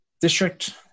district